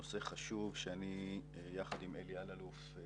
נושא חשוב, שאני יחד עם אלי אלאלוף וחאג'